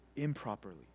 Improperly